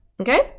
Okay